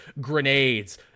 grenades